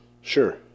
Sure